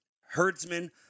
herdsmen